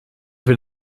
wird